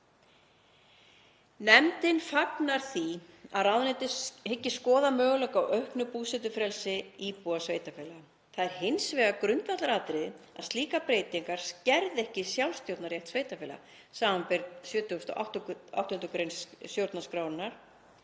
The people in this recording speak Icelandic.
Nefndin fagnar því að ráðuneytið hyggist skoða möguleika á auknu búsetufrelsi íbúa sveitarfélaga. Það er hins vegar grundvallaratriði að slíkar breytingar skerði ekki sjálfstjórnarrétt sveitarfélaga, sbr. 78. gr. stjórnarskrárinnar,